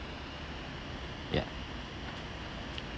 ya